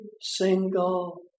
single